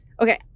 okay